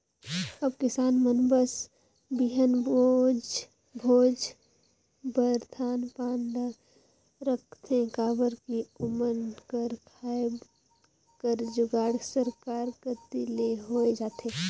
अब किसान मन बस बीहन भोज बर धान पान ल राखथे काबर कि ओमन कर खाए कर जुगाड़ सरकार कती ले होए जाथे